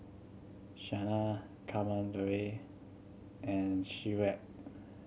Sanal Kamaladevi and